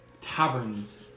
taverns